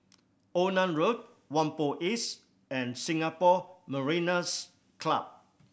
Onan Road Whampoa East and Singapore Mariners' Club